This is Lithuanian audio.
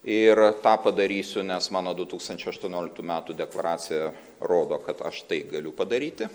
ir tą padarysiu nes mano du tūkstančiai aštuonioliktų metų deklaracija rodo kad aš tai galiu padaryti